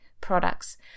products